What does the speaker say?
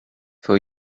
for